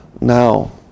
Now